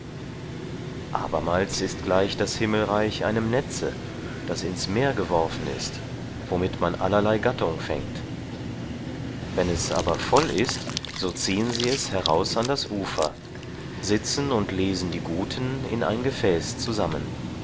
abermals ist gleich das himmelreich einem netze das ins meer geworfen ist womit man allerlei gattung fängt wenn es aber voll ist so ziehen sie es heraus an das ufer sitzen und lesen die guten in ein gefäß zusammen